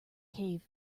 cave